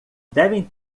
devem